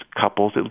couples